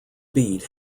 beat